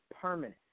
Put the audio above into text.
permanent